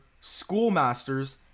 schoolmasters